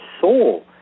soul